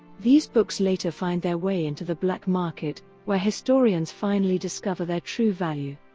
these books later find their way into the black market where historians finally discover their true value.